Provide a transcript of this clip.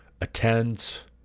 attends